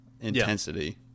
intensity